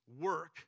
work